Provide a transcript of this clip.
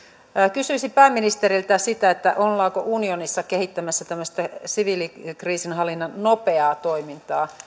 kysyisin pääministeriltä ollaanko unionissa kehittämässä tämmöistä siviilikriisinhallinnan nopeaa toimintaa